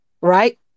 right